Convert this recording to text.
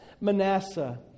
Manasseh